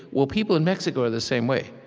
well, people in mexico are the same way.